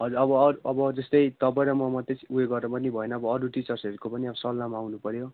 हजुर अब अर् अब जस्तै तपाईँ र म मात्र उयो गरेर पनि भएन अब अरू टिचर्सहरूको पनि अब सल्लाहमा आउनु पर्यो